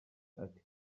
ati